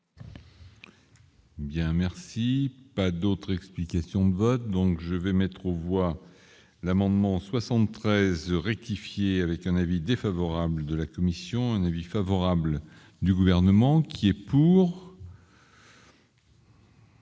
Bien, merci, pas d'autres explications de vote, donc je vais mettre aux voix l'amendement 73 rectifier avec un avis défavorable de la commission, un avis favorable du gouvernement qui est pour.